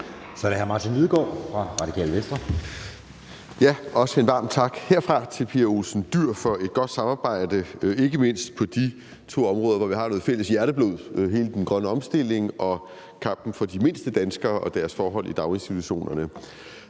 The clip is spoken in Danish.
Kl. 13:31 Martin Lidegaard (RV): Også en varm tak herfra til Pia Olsen Dyhr for et godt samarbejde, ikke mindst på de to områder, hvor vi har noget fælles hjerteblod: hele den grønne omstilling og kampen for de mindste danskere og deres forhold i daginstitutionerne.